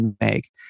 make